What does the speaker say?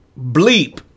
bleep